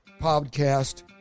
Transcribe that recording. podcast